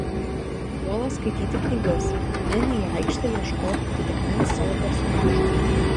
puola skaityti knygas eina į aikštę ieškot atitikmens savo personažui